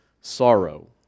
sorrow